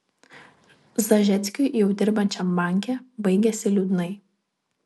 zažeckiui jau dirbančiam banke baigėsi liūdnai